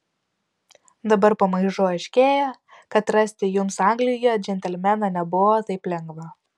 dabar pamažu aiškėja kad rasti jums anglijoje džentelmeną nebuvo taip lengva